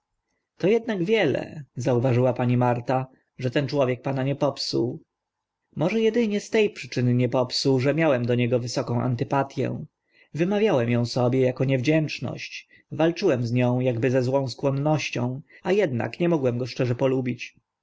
to ednak wiele zauważyła pani marta że ten człowiek pana nie popsuł może edynie z te przyczyny nie popsuł że miałem do niego wysoką antypatię wymawiałem ą sobie ako niewdzięczność walczyłem z nią akby ze złą skłonnością a ednak nie mogłem go szczerze polubić dość